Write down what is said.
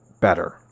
better